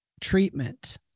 treatment